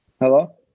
Hello